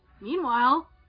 Meanwhile